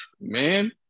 man